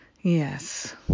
Yes